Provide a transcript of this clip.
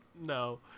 No